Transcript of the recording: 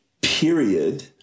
period